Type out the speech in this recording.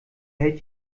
hält